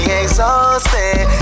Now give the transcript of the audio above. exhausted